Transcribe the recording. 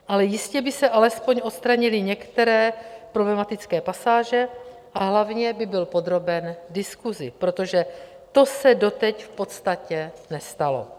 Ale jistě by se alespoň odstranily některé problematické pasáže a hlavně by byl podroben diskusi, protože to se doteď v podstatě nestalo.